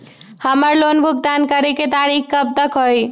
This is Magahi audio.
हमार लोन भुगतान करे के तारीख कब तक के हई?